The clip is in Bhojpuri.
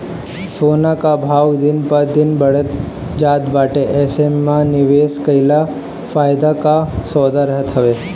सोना कअ भाव दिन प दिन बढ़ते जात बाटे जेसे एमे निवेश कईल फायदा कअ सौदा रहत हवे